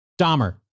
Dahmer